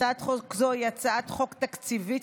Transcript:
הצעת חוק זו היא הצעת חוק תקציבית